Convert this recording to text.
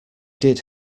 did